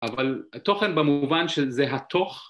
‫אבל תוכן במובן של זה התוך...